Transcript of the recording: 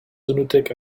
lunatic